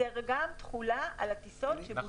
זו גם תחולה על 90 יום.